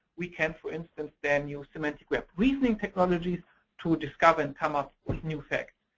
we can, for instance, then use semantic web reasoning technologies to discover and come up with new facts.